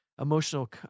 emotional